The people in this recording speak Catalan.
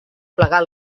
plegar